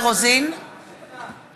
אינה נוכחת מיקי רוזנטל,